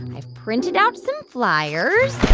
i've printed out some fliers,